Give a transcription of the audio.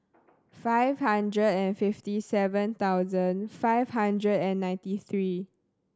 five hundred and fifty seven thousand five hundred and ninety three